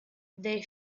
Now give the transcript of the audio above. they